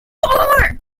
poor